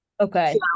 Okay